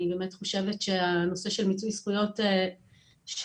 אני באמת חושבת שהנושא של מיצוי זכויות של